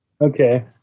Okay